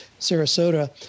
Sarasota